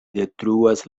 detruas